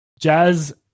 Jazz